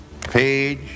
Page